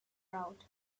crowd